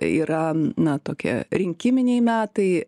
yra na tokie rinkiminiai metai